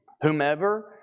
whomever